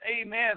amen